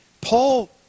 Paul